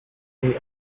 and